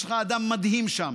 יש לך אדם מדהים שם,